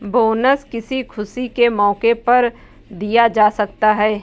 bonus किसी खुशी के मौके पर दिया जा सकता है